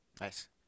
Nice